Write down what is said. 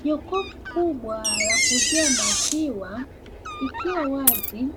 Jokofu kubwa la kuuzia maziwa likiwa wazi